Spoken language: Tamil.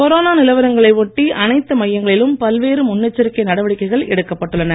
கொரோனா நிலவரங்களை ஒட்டி அனைத்து மையங்களிலும் பல்வேறு முன்னெச்சரிக்கை நடவடிக்கைகள் எடுக்கப் பட்டுள்ளன